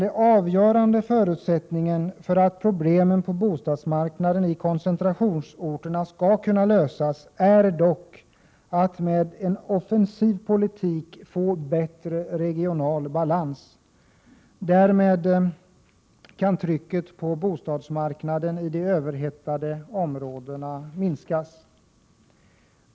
Den avgörande förutsättningen för att problemen på bostadsmarknaden i koncentrationsorterna skall kunna lösas är dock att med en offensiv politik få bättre regional balans. Därmed kan trycket på bostadsmarknaden i de överhettade områdena minskas.